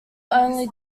only